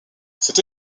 cette